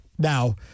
Now